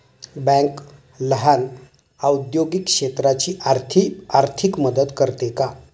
Bank लहान औद्योगिक क्षेत्राची आर्थिक मदत करते का?